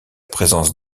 présence